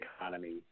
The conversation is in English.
economy